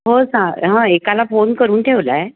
हो सां हां एकाला फोन करून ठेवला आहे